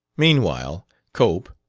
meanwhile cope,